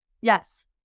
Yes